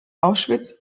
auschwitz